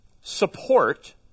support